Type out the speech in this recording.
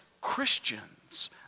christians